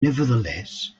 nevertheless